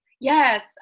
Yes